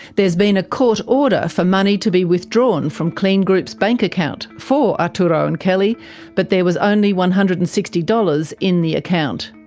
there's been a court order for money to be withdrawn from kleen group's bank account for arturo and kelly but there was only one hundred and sixty dollars in the account.